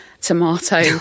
tomato